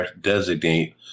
designate